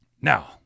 Now